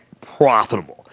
profitable